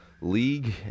League